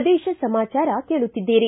ಪ್ರದೇಶ ಸಮಾಚಾರ ಕೇಳುತ್ತಿದ್ದೀರಿ